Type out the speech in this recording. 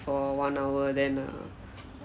for one hour then err